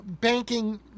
banking